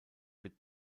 wird